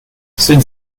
sind